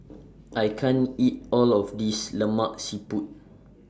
I can't eat All of This Lemak Siput